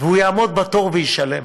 והוא יעמוד בתור וישלם.